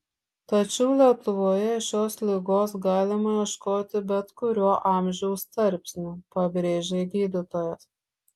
tačiau lietuvoje šios ligos galima ieškoti bet kuriuo amžiaus tarpsniu pabrėžia gydytojas